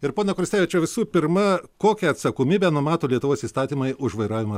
ir pone kursevičių visų pirma kokią atsakomybę numato lietuvos įstatymai už vairavimą